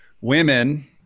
women